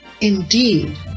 Indeed